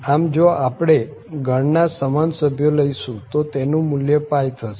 આમ જો આપણે ગણ ના સમાન સભ્યો લઈશું તો તેનું મુલ્ય થશે